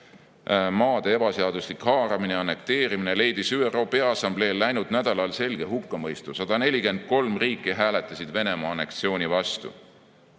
maade ebaseaduslik haaramine, annekteerimine leidis ÜRO Peaassambleel läinud nädalal selge hukkamõistu: 143 riiki hääletas Venemaa anneksiooni vastu.